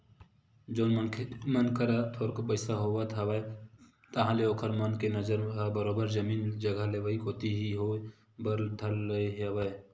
जउन मनखे मन करा थोरको पइसा होवत हवय ताहले ओखर मन के नजर ह बरोबर जमीन जघा लेवई कोती ही होय बर धर ले हवय